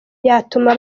yatuma